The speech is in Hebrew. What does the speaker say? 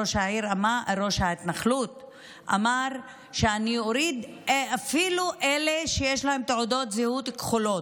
ראש ההתנחלות אמר: אני אוריד אפילו את אלה שיש להם תעודות זהות כחולות,